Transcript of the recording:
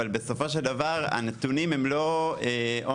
אבל בסופו של דבר הנתונים הם לא אונליין.